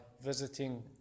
visiting